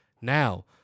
Now